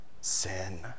sin